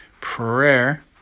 prayer